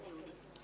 הבית היהודי וש"ס.